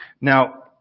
Now